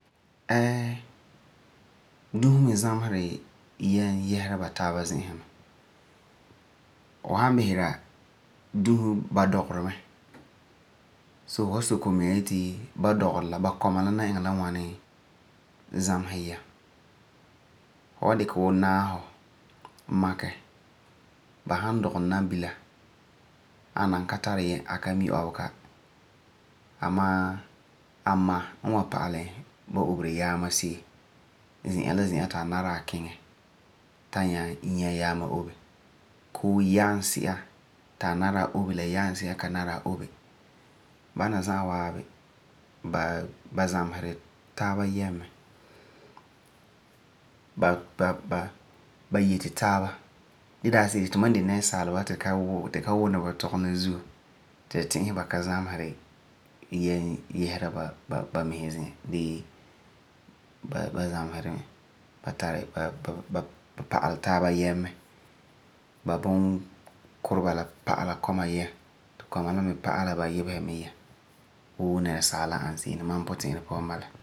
Eee. Dusi mi zameseri yɛm yesera ba taana zi'an mɛ. Fu wan bisera, dusi ba mi dɔgeri mɛ. So, fu wan soke fu miŋa yeti, ba dɔgera la babkɔma la ni iŋɛ la ŋwani zamesɛ yɛm. Fu wan dikɛ wuu naafo makɛ, ba san dɔgɛ nabila, a man ka tari yɛm. La de la a ma la wan pa'alɛ nabila yaama n oberi se'em la ziseka n nari ba kiŋɛ ta nyɛ yaama obe. Ba kelum pa'alɛ ba kɔma yaama sɛba n nari ba obe la sɛba n ka nari ba obe. Bala la mam wan yeti, ba zameseri yɛm mɛ ba dɔgera la zi'an gee tumam n de nɛresaaleba la zuo tu ti ka wuna. Ba bunkureba la pa'alɛ kɔma la yɛm mɛ ti kɔma la ni pa'ala ba yibesi la yɛm koo nɛresaala n ani se'em. Mam puti'irɛ puan n ani se'em n bala.